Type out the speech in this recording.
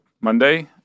Monday